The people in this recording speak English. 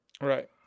Right